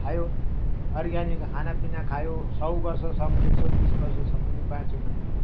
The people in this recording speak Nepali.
खायो अर्ग्यानिक खानापिना खायो सय वर्ष सम्म एक सय बिस वर्षसम्म नि बाँच्यो मान्छेहरू